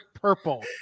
purple